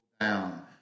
down